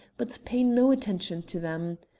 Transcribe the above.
but pay no attention to them.